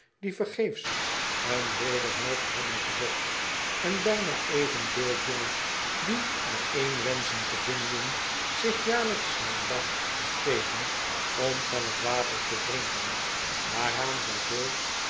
die vergeefs een wederhelft hebben gezocht en bijna evenveel jonge die er een wenschen te vinden zich jaarlijks ncjar bath begeven om van het water te drinken waaraan zij veel